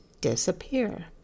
disappear